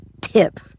tip